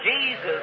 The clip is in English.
Jesus